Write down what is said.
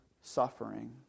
suffering